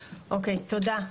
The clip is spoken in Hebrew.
תודה.